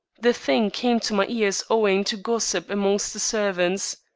the thing came to my ears owing to gossip amongst the servants.